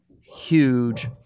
huge